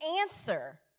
answer